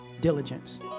diligence